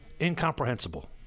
incomprehensible